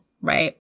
right